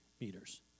meters